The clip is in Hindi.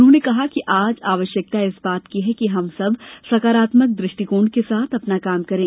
उन्होंने कहा कि आज आवश्यकता इस बात की है कि हम सब सकारात्मक दृष्टिकोण के साथ अपना काम करें